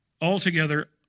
altogether